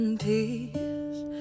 peace